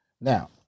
Now